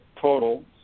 total